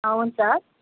हुन्छ